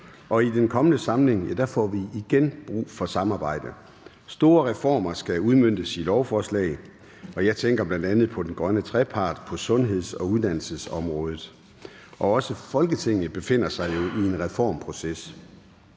os. I den kommende samling får vi igen brug for samarbejde. Store reformer skal udmøntes i lovforslag. Jeg tænker bl.a. på den grønne trepart og på sundheds- og uddannelsesområdet. Også Folketinget befinder sig jo i en reformproces.